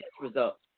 results